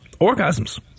orgasms